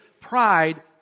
Pride